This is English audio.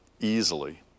easily